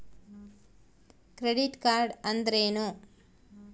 Credit card ಅಂದ್ರೇನು?